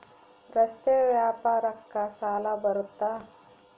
ರಸ್ತೆ ವ್ಯಾಪಾರಕ್ಕ ಸಾಲ ಬರುತ್ತಾ?